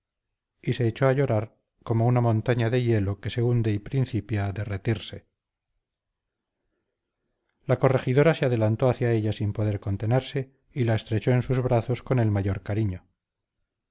y se echó a llorar como una montaña de hielo que se hunde y principia a derretirse la corregidora se adelantó hacia ella sin poder contenerse y la estrechó en sus brazos con el mayor cariño